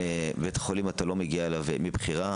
בבתי החולים אתה לא מגיע אליו מבחירה,